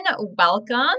welcome